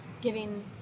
giving